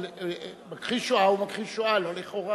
אבל מכחיש השואה הוא מכחיש השואה, לא לכאורה.